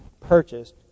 purchased